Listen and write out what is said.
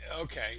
Okay